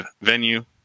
venue